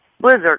Blizzard